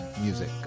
music